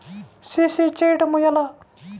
CC చేయడము ఎలా?